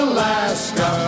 Alaska